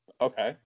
Okay